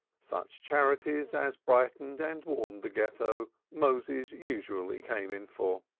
such charities as brightened and warmed the ghetto moses usually came in for.